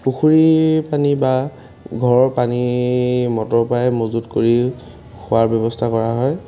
পুখুৰীৰ পানী বা ঘৰৰ পানী মটৰৰপৰাই মজুদ কৰি খোৱাৰ ব্যৱস্থা কৰা হয়